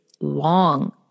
long